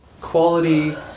Quality